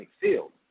field